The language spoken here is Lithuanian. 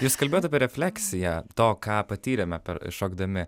jūs kalbėjot apie refleksiją to ką patyrėme per šokdami